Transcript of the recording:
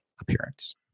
appearance